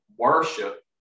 worship